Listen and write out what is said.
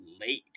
late